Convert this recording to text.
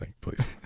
please